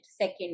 second